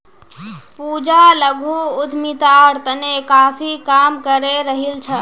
पूजा लघु उद्यमितार तने काफी काम करे रहील् छ